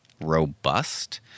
robust